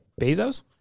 Bezos